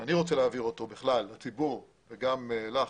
שאני רוצה להעביר אותו בכלל לציבור וגם לך